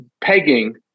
pegging